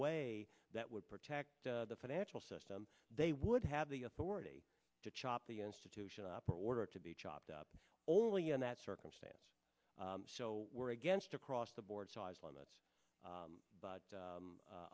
way that would protect the financial system they would have the authority to chop the institution operate order to be chopped up only in that circumstance so we're against across the board size limits but